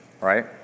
right